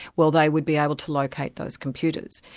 well they would be able to locate those computers.